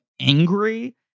angry